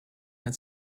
had